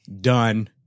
done